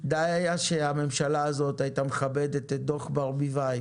היה שהממשלה הזאת הייתה מכבדת את דוח ברביבאי